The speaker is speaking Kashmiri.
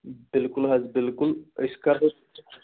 بِلکُل حظ بِلکُل أسۍ کَرو